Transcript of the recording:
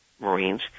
Marines